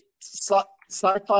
sci-fi